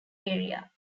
area